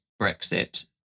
Brexit